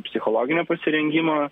psichologinio pasirengimo